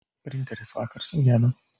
printeris vakar sugedo